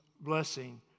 blessing